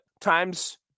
times